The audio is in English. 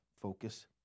focus